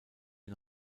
den